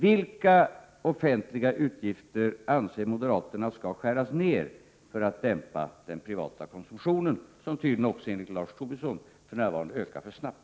Vilka offentliga utgifter anser moderaterna skall skäras ned för att dämpa den privata konsumtionen, som tydligen också enligt Lars Tobisson för närvarande ökar för snabbt?